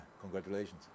congratulations